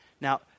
Now